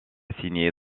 signer